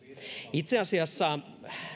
itse asiassa